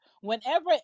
whenever